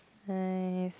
nice